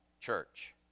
church